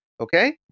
Okay